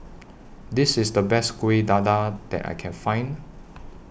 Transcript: This IS The Best Kuih Dadar that I Can Find